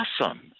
awesome